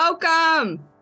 Welcome